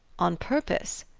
on purpose?